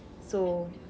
so